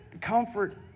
comfort